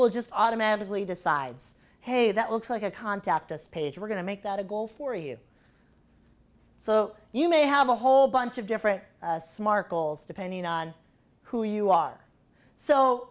e just automatically decides hey that looks like a contact us page we're going to make that a goal for you so you may have a whole bunch of different smart goals depending on who you are so